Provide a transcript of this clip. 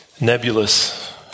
nebulous